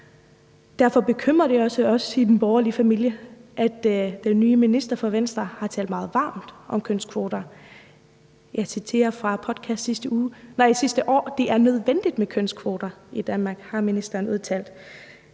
Derfor bekymrer det også os i den borgerlige familie, at den nye minister fra Venstre har talt meget varmt om kønskvoter. Jeg citerer fra en podcast i sidste år: Det er nødvendigt med kønskvoter Danmark. Det har ministeren udtalt.